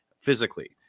physically